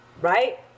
right